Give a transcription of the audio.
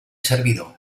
servidor